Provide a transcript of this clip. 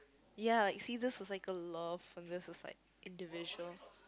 ya like see this is like a love and this is like individual